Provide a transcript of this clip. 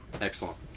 excellent